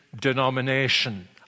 denomination